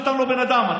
נתן לו בן אדם,